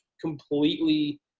completely